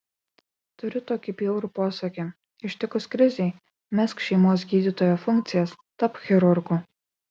turiu tokį bjaurų posakį ištikus krizei mesk šeimos gydytojo funkcijas tapk chirurgu